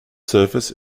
surface